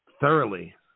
thoroughly